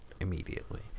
immediately